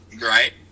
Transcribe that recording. Right